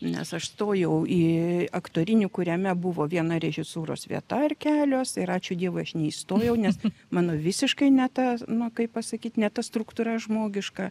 nes aš stojau į aktorinį kuriame buvo viena režisūros vieta ar kelios ir ačiū dievui aš neįstojau nes mano visiškai ne ta nu kaip pasakyt ne ta struktūra žmogiška